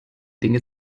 dinge